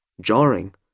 jarring